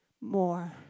more